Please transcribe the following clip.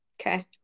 Okay